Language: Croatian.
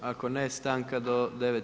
Ako ne stanka do 9,